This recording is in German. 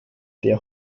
der